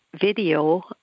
video